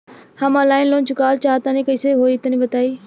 हम online loan चुकावल चाहऽ तनि कइसे होई तनि बताई?